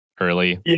early